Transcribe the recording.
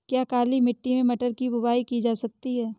क्या काली मिट्टी में मटर की बुआई की जा सकती है?